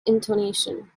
intonation